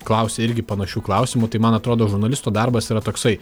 klausia irgi panašių klausimų tai man atrodo žurnalisto darbas yra toksai